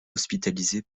hospitalisée